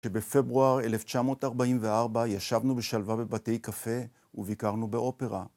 שבפברואר 1944 ישבנו בשלווה בבתי קפה וביקרנו באופרה.